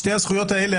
שתי הזכויות האלה,